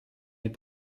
est